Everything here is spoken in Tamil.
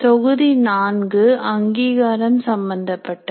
தொகுதி 4 அங்கிகாரம் சம்பந்தப்பட்டது